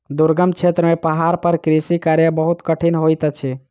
दुर्गम क्षेत्र में पहाड़ पर कृषि कार्य बहुत कठिन होइत अछि